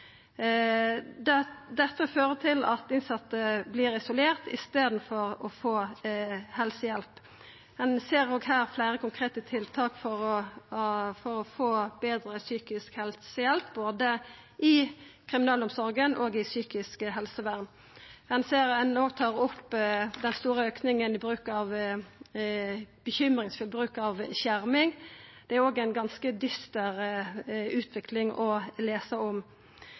Dette fører til at innsette vert isolerte i staden for å få helsehjelp. Ein viser til fleire konkrete tiltak for å få betre psykisk helsehjelp – både i kriminalomsorga og i psykisk helsevern. Meldinga tar òg opp den store auken i bekymringsfull bruk av skjerming. Det er òg ei ganske dyster utvikling å lesa om.